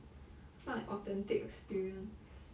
fight authentic experience